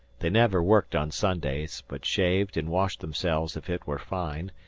they never worked on sundays, but shaved, and washed themselves if it were fine,